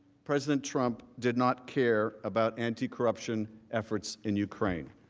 president trump did not care about anticorruption efforts in ukraine.